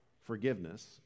forgiveness